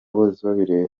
bosebabireba